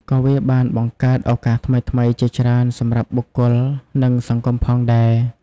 ក៏វាបានបង្កើតឱកាសថ្មីៗជាច្រើនសម្រាប់បុគ្គល និងសង្គមផងដែរ។